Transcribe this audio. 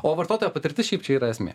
o vartotojo patirtis šiaip čia yra esmė